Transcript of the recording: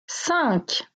cinq